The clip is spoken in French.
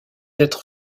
être